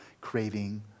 craving